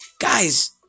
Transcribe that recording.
Guys